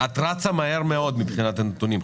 את רצה מהר מאוד מבחינת הנתונים.